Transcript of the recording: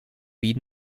wien